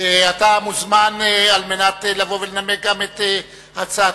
אתה מוזמן על מנת לבוא ולנמק גם את הצעתך,